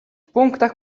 punktach